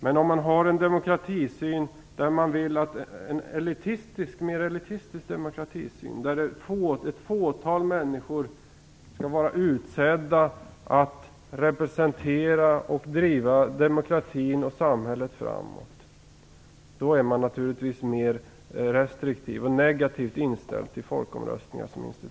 Men om man har en mer elitistisk demokratisyn och vill att ett fåtal människor skall vara utsedda att representera och driva demokratin och samhällsutvecklingen framåt, är man naturligtvis restriktiv och negativt inställd till folkomröstningsinstitutet.